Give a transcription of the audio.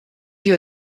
you